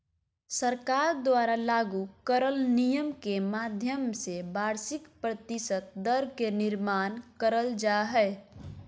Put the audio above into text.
सरकार द्वारा लागू करल नियम के माध्यम से वार्षिक प्रतिशत दर के निर्माण करल जा हय